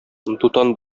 дутан